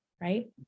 right